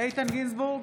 איתן גינזבורג,